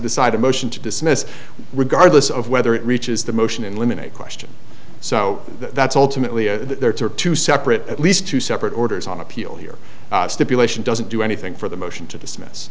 decide a motion to dismiss regardless of whether it reaches the motion in limine a question so that's ultimately there are two separate at least two separate orders on appeal here stipulation doesn't do anything for the motion to dismiss